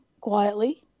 quietly